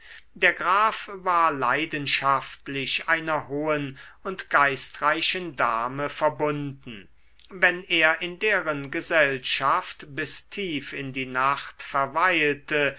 der graf war leidenschaftlich einer hohen und geistreichen dame verbunden wenn er in deren gesellschaft bis tief in die nacht verweilte